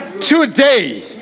today